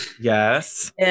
yes